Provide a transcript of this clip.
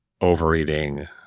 overeating